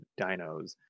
Dinos